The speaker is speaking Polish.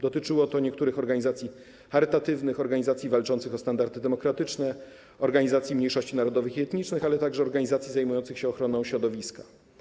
Dotyczyło to niektórych organizacji charytatywnych, organizacji walczących o standardy demokratyczne, organizacji mniejszości narodowych i etnicznych, ale także organizacji zajmujących się ochroną środowiska.